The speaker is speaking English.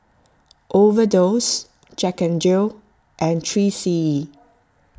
Overdose Jack N Jill and three C E